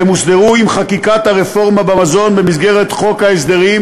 והם הוסדרו עם חקיקת הרפורמה במזון במסגרת חוק ההסדרים,